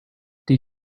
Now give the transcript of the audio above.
did